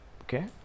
Okay